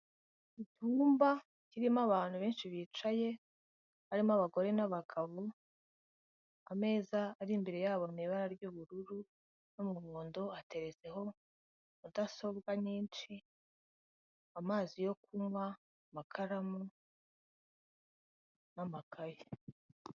Icyumba kirimo abantu benshi bicaye harimo abagore n'abagabo ameza ari imbere yabo mu ibara ry'ubururu no mu muhondo hateretseho mudasobwa nyinshi, amazi yo kunywa, amakaramu n'amakayi.